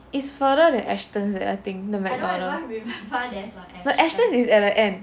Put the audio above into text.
is further than Astons I think the McDonald no Astons is at the end